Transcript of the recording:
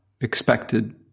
expected